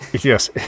Yes